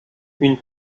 une